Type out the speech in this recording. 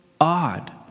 odd